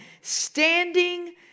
Standing